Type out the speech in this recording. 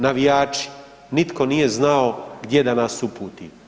Navijači, nitko nije znao gdje da nas uputi.